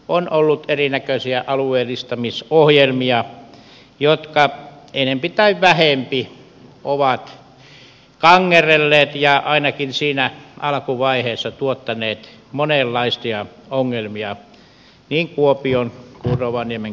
on ollut erinäköisiä alueellistamisohjelmia jotka enempi tai vähempi ovat kangerrelleet ja ainakin siinä alkuvaiheessa tuottaneet monenlaisia ongelmia niin kuopion kuin rovaniemenkin seudulla